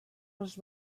els